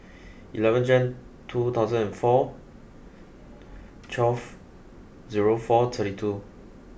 eleven Jan two thousand and four twelve zero four thirty two